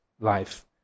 life